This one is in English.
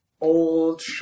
old